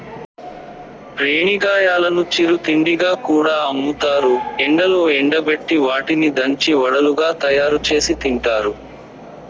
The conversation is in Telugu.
రేణిగాయాలను చిరు తిండిగా కూడా అమ్ముతారు, ఎండలో ఎండబెట్టి వాటిని దంచి వడలుగా తయారుచేసి తింటారు